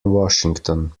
washington